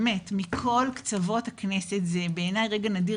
מכל קצוות הכנסת בעיני זה רגע נדיר,